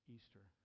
Easter